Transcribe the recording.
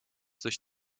sich